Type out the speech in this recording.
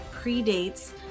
predates